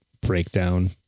breakdown